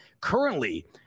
currently